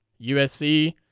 USC